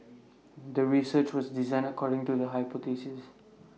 the research was designed according to the hypothesis